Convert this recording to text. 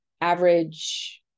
average